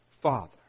Father